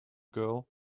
girl